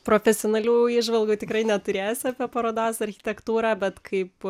profesionalių įžvalgų tikrai neturėsiu apie parodos architektūrą bet kaip